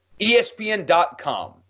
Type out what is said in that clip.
ESPN.com